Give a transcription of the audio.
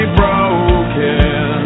broken